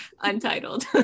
Untitled